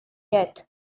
yet